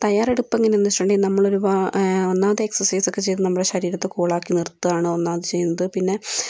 തയ്യാറെടുപ്പ് എങ്ങനെ എന്ന് വെച്ചിട്ടുണ്ടെങ്കിൽ നമ്മള് ഒന്നാമത് എക്സസൈസ് ഒക്കെ ചെയ്തത് നമ്മളുടെ ശരീരത്തെ കൂൾ ആക്കി നിർത്തുകയാണ് ഒന്നാമത് ചെയ്യുന്നത് പിന്നെ